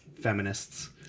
feminists